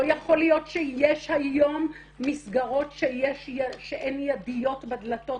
לא יכול להיות שיש היום מסגרות שאין ידיות בדלתות